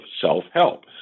Self-Help